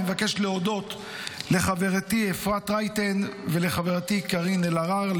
אני מבקש להודות לחברתי אפרת רייטן ולחברתי קארין אלהרר,